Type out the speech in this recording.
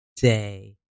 day